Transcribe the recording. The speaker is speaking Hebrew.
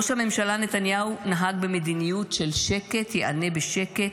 ראש הממשלה נתניהו נהג במדיניות של שקט ייענה בשקט,